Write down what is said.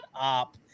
up